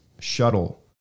shuttle